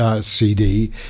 CD